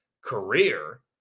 career